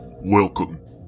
Welcome